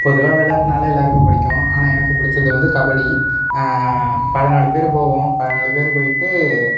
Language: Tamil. பொதுவாக விளாட்டுனாலே எல்லாருக்கும் பிடிக்கும் ஆனால் எனக்கு பிடிச்சது வந்து கபடி பதினாலு பேர் போவோம் பதினாலு பேர் போய்ட்டு